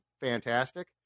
Fantastic